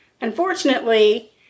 Unfortunately